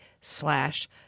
slash